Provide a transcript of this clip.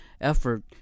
effort